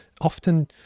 often